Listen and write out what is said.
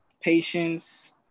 patience